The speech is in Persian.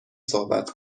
صحبت